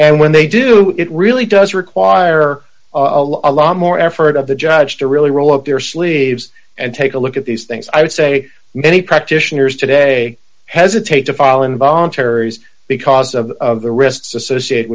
and when they do it really does require a lot more effort of the judge to really roll up their sleeves and take a look at these things i would say many practitioners today hesitate to file an voluntaries because of the risks associated